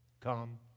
Come